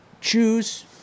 choose